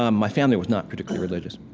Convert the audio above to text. um my family was not particularly religious.